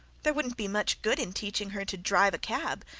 there wouldn't be much good in teaching her to drive a cab,